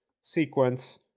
sequence